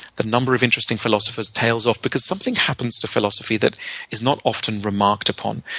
the number of interesting philosophers tails off because something happens to philosophy that is not often remarked upon,